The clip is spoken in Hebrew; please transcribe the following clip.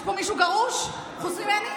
יש פה מישהו גרוש חוץ ממני?